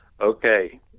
Okay